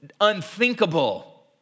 unthinkable